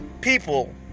people